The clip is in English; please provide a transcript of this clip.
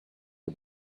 for